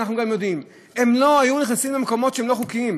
ואנחנו גם יודעים: הם לא היו נכנסים למקומות שהם לא חוקיים.